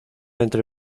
entre